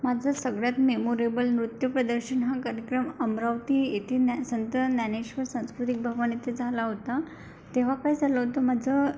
माझं सगळ्यात मेमोरेबल नृत्यप्रदर्शन हा कार्यक्रम अमरावती येथे संत ज्ञानेश्वर सांस्कृतिक भवन इथे झाला होता तेव्हा काय झालं होतं माझं